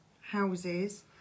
houses